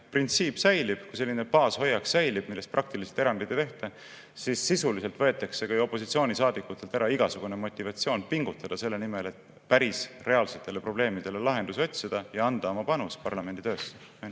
printsiip säilib, kui selline baashoiak säilib, milles praktiliselt erandeid ei tehta, siis sisuliselt võetaksegi opositsioonisaadikutelt ära igasugune motivatsioon pingutada selle nimel, et reaalsetele probleemidele lahendusi otsida ja anda oma panus parlamendi